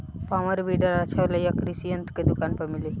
Power weeder अच्छा होला यह कृषि यंत्र के दुकान पर मिली?